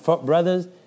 brothers